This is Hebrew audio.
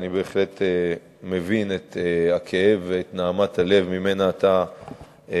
אני בהחלט מבין את הכאב ואת נהמת הלב שממנה אתה מדבר,